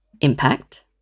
impact